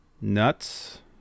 Nuts